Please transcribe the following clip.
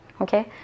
okay